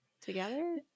together